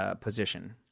position